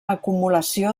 acumulació